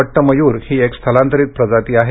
पट्ट मयूर ही एक स्थलांतरित प्रजाती आहे